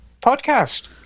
podcast